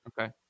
okay